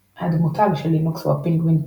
הדמותג של לינוקס הוא הפינגווין טקס.